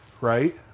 right